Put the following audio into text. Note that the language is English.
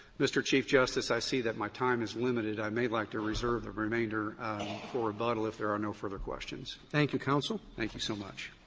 mr. chief justice, i see that my time is limited. i may like to reserve the remainder for rebuttal, if there are no further questions. roberts thank you, counsel thank you so much.